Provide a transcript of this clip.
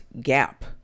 gap